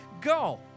go